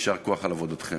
ויישר כוח על עבודתכם.